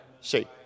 See